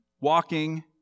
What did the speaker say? walking